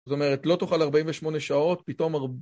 זאת אומרת, לא תוכל 48 שעות, פתאום הרבה...